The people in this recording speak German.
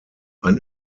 ein